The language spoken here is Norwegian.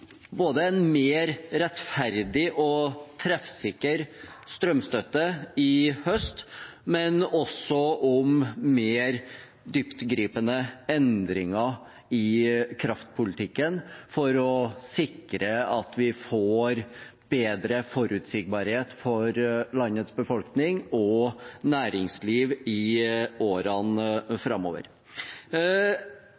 både en mer rettferdig og treffsikker strømstøtte i høst, og om mer dyptgripende endringer i kraftpolitikken for å sikre at vi får bedre forutsigbarhet for landets befolkning og næringsliv i årene